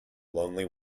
lonely